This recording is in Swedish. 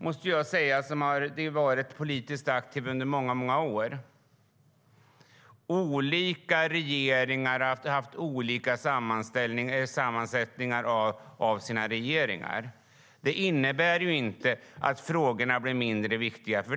Men jag som har varit politiskt aktiv under många år kan säga att olika regeringar har haft olika sammansättningar av statsråd. Det innebär inte att frågorna blir mindre viktiga.